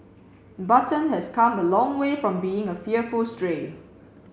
button has come a long way from being a fearful stray